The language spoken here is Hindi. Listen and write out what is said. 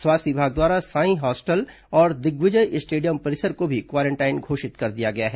स्वास्थ्य विभाग द्वारा सांई हॉस्टल और दिग्विजय स्टेडियम परिसर को भी क्वारेंटाइन घोषित कर दिया गया है